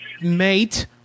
mate